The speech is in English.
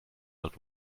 but